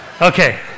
Okay